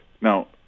Now